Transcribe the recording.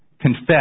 Confess